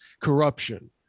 corruption